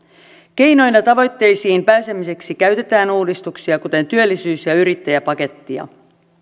keinoina tavoitteisiin pääsemiseksi käytetään uudistuksia kuten työllisyys ja yrittäjäpakettia